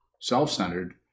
self-centered